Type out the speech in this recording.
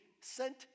sent